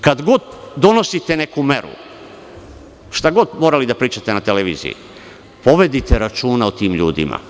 Kad god donosite neku meru, šta god morali da pričate na televiziji, povedite računa o tim ljudima.